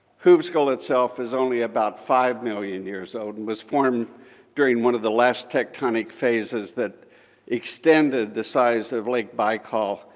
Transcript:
hovsgol itself is only about five million years old and was formed during one of the last tectonic phases that extended the size of lake baikal,